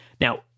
now